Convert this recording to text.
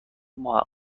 محقق